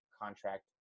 contract